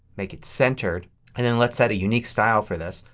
make it centered and then let's set a unique style for this.